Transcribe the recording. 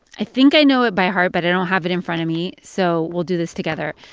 i think i know it by heart, but i don't have it in front of me, so we'll do this together.